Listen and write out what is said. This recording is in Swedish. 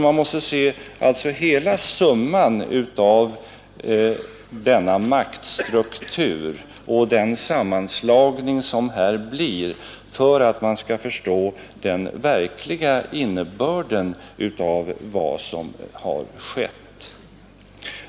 Man måste se hela summan av denna maktstruktur och den sammanslagning som här äger rum för att man skall förstå den verkliga innebörden av vad som sker.